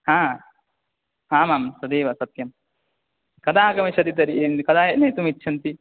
हा आमाम् तदेव सत्यं कदा आगमिष्यति तर्हि कदा नेतुमिच्छन्ति